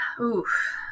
Oof